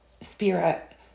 spirit